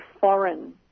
foreign